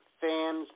fans